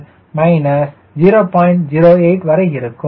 08 வரை இருக்கும்